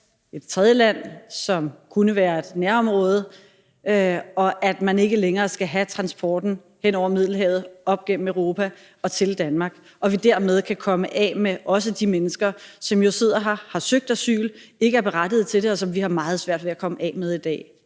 et tredjeland, som kunne være i et nærområde, og at man ikke længere skal have transporten hen over Middelhavet, op igennem Europa og til Danmark, og at vi dermed kan komme af med også de mennesker, som jo sidder her, har søgt asyl og ikke er berettiget til det, og som vi jo har meget svært ved at komme af med i dag.